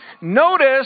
Notice